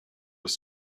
was